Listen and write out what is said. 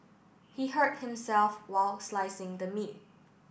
he hurt himself while slicing the meat